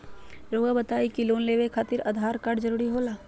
रौआ बताई की लोन लेवे खातिर आधार कार्ड जरूरी होला?